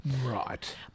Right